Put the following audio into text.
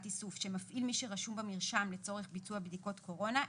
איסוף שמפעיל מי שרשום במרשם לצורך ביצוע בדיקות קורונה,